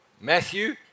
Matthew